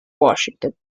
washington